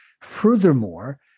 furthermore